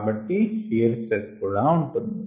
కాబట్టి shear stress కూడా ఉంటుంది